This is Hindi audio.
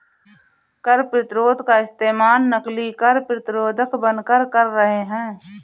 कर प्रतिरोध का इस्तेमाल नकली कर प्रतिरोधक बनकर कर रहे हैं